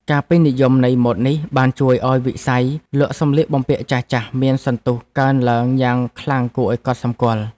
ការពេញនិយមនៃម៉ូដនេះបានជួយឱ្យវិស័យលក់សម្លៀកបំពាក់ចាស់ៗមានសន្ទុះកើនឡើងយ៉ាងខ្លាំងគួរឱ្យកត់សម្គាល់។